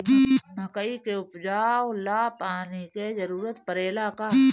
मकई के उपजाव ला पानी के जरूरत परेला का?